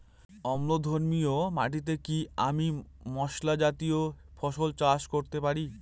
অম্লধর্মী মাটিতে কি আমি মশলা জাতীয় ফসল চাষ করতে পারি?